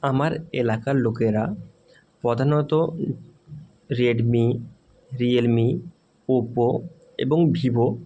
আমার এলাকার লোকেরা প্রধানত রেডমি রিয়েলমি ওপো এবং ভিভো